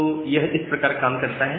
तो यह इस प्रकार काम करता है